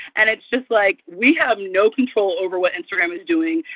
and it's just, like, we have no control over what instagram is doing.